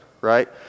right